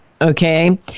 Okay